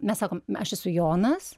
mes sakom aš esu jonas